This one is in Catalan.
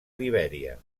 libèria